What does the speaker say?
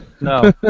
no